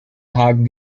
tagen